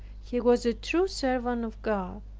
he was a true servant of god.